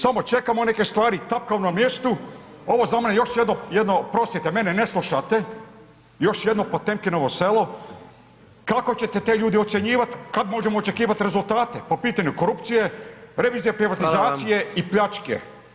Samo čekamo neke stvari, tapkamo na mjestu, ovo je za mene još jedno, oprostite mene ne slušate, još jedno Potemkinovo selo, kako ćete te ljude ocjenjivat, kad možemo očekivat rezultate po pitanju korupcije, revizije, privatizacije i pljačke